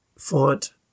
font